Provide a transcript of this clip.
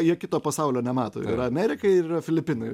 jie kito pasaulio nemato yra amerika ir yra filipinai